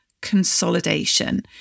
consolidation